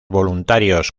voluntarios